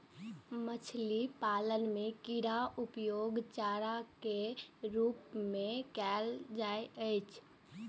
मछली पालन मे कीड़ाक उपयोग चारा के रूप मे कैल जाइ छै